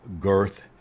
girth